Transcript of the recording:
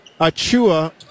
Achua